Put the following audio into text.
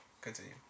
continue